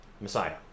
messiah